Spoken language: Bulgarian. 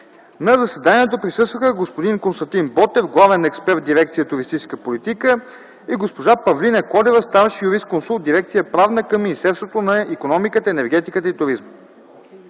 На заседанието присъства господин Константин Ботев – главен експерт в дирекция „Туристическа политика”, и госпожа Павлина Колева – старши юрисконсулт в дирекция „Правна” към Министерството на икономиката, енергетиката и туризма.